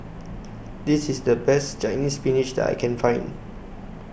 This IS The Best Chinese Spinach that I Can Find